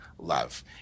love